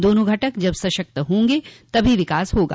दोनों घटक जब सशक्त होंगे तभी विकास होगा